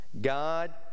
God